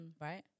right